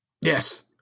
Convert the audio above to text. yes